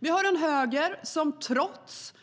Vi har en höger som trots